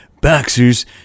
boxers